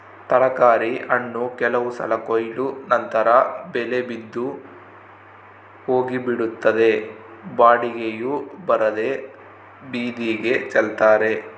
ತರಕಾರಿ ಹಣ್ಣು ಕೆಲವು ಸಲ ಕೊಯ್ಲು ನಂತರ ಬೆಲೆ ಬಿದ್ದು ಹೋಗಿಬಿಡುತ್ತದೆ ಬಾಡಿಗೆಯೂ ಬರದೇ ಬೀದಿಗೆ ಚೆಲ್ತಾರೆ